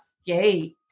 skate